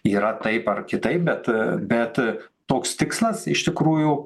yra taip ar kitaip bet bet toks tikslas iš tikrųjų